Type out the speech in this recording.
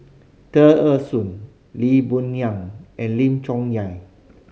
Tear Ee Soon Lee Boon Ngan and Lim Chong Yah